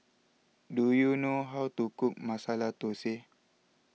do you know how to cook Masala Thosai